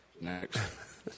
Next